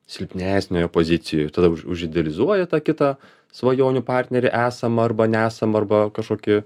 silpnesniojo pozicijoj tada užidealizuoja tą kitą svajonių partnerį esamą arba nesamą arba kažkokį